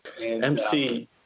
MC